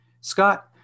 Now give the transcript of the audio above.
Scott